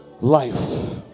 life